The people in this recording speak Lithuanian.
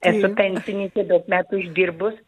esu pensininkė daug metų išdirbus